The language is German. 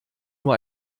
nur